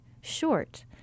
short